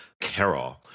carol